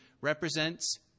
represents